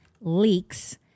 leaks